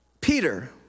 Peter